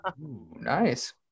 Nice